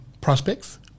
prospects